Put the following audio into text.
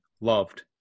loved